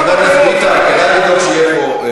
חברת הכנסת קסניה סבטלובה.